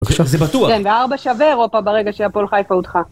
עכשיו זה בטוח. 4 שווה אירופה ברגע שהפועל חיפה הודחה.